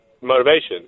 motivation